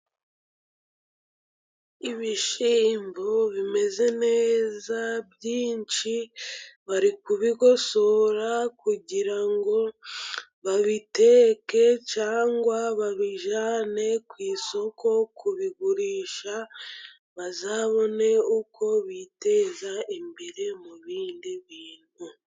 Ibishyimbo bimeze neza byinshi, bari kubigosora kugira ngo babiteke cyangwa babijyane ku isoko kubigurisha, bazabone uko biteza imbere mu bindi bintu.